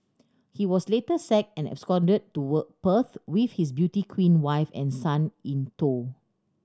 he was later sacked and absconded to Perth with his beauty queen wife and son in tow